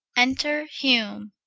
enter hume.